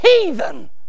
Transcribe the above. heathen